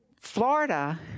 Florida